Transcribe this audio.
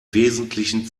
wesentlichen